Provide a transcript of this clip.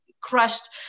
crushed